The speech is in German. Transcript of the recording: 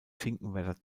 finkenwerder